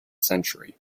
century